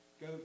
go